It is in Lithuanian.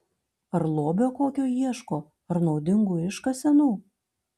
ar lobio kokio ieško ar naudingų iškasenų